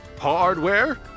Hardware